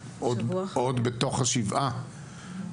עוד בתוך השבעה,